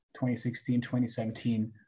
2016-2017